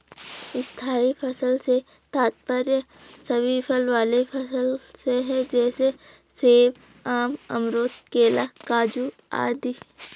स्थायी फसल से तात्पर्य सभी फल वाले फसल से है जैसे सेब, आम, अमरूद, केला, काजू आदि